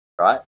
Right